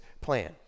plan